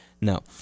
No